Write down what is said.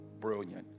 brilliant